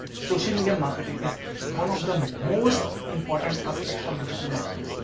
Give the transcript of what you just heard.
social media marketing is one of the most important aspects um of digital marketing.